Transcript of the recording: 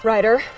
Ryder